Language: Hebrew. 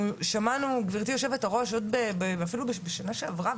אנחנו שמענו בשנה שעברה,